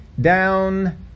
down